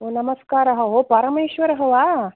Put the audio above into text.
नमस्कारः ओ परमेश्वरः वा